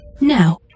Now